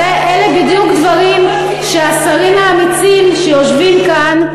אלה בדיוק דברים שהשרים האמיצים יותר שיושבים פה,